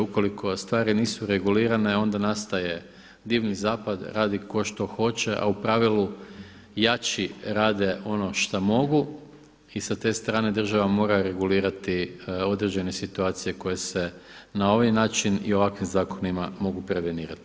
Ukoliko stvari nisu regulirane onda nastaje divlji zapad, radi ko što hoće, a u pravilu jači rade ono šta mogu i sa te strane država mora regulirati određene situacije koje se na ovaj način i ovakvim zakonima mogu prevenirati.